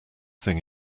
thing